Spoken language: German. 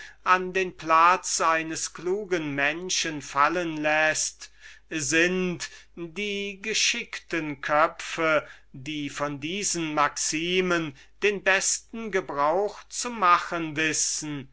an den platz eines klugen menschen fallen läßt sind die geschickten köpfe die von diesen maximen den besten gebrauch zu machen wissen